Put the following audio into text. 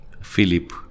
philip